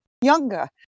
younger